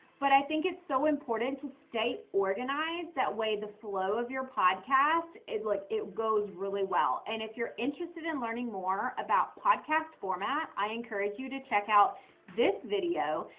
but i think it's so important to stay organized. that way the flow of your podcast, it looks like it goes really well. and if you're interested in learning more about podcast format, i encourage you to check out this video.